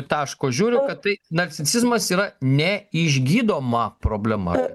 taško žiūriu kad tai narcisizmas yra neišgydoma problema